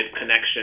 connection